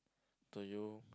to you